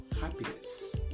happiness